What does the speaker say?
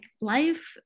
life